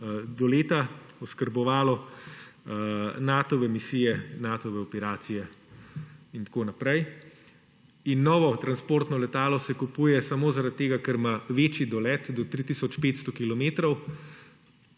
doleta oskrbovalo Natove misije, Natove operacije in tako naprej. Novo transportno letalo se kupuje samo zaradi tega, ker ima večji dolet, do 3